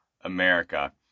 America